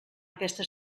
aquesta